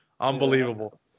Unbelievable